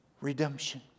redemption